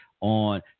on